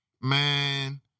Man